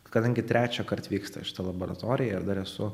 kadangi trečiąkart vyksta šita laboratorija ir dar esu